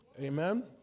Amen